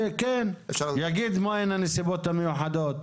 יגיד מה הן הנסיבות המיוחדות.